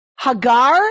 Hagar